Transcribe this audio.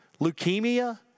Leukemia